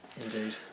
Indeed